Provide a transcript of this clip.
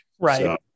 Right